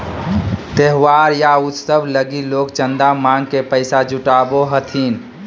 त्योहार या उत्सव लगी लोग चंदा मांग के पैसा जुटावो हथिन